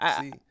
See